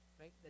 Right